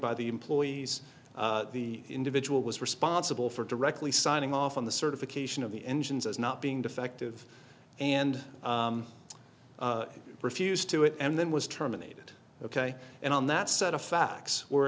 by the employees the individual was responsible for directly signing off on the certification of the engines as not being defective and refused to it and then was terminated ok and on that set of facts where